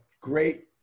great